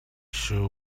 shoe